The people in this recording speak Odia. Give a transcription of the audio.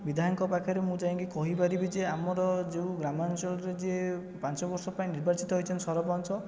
ବିଧାୟକଙ୍କ ପାଖରେ ମୁଁ ଯାଇକି କହିପାରିବି ଯେ ଆମର ଯେଉଁ ଗ୍ରାମାଞ୍ଚଳରେ ଯିଏ ପାଞ୍ଚ ବର୍ଷ ପାଇଁ ନର୍ବାଚିତ ହୋଇଛନ୍ତି ସରପଞ୍ଚ